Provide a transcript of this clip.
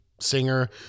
singer